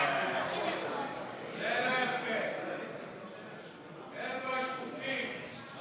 כולל אותי, כמובן.